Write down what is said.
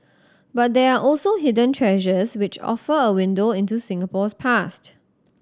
but there are also hidden treasures which offer a window into Singapore's past